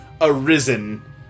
Arisen